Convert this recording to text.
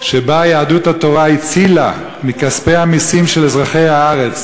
שבה יהדות התורה הצילה מכספי המסים של אזרחי הארץ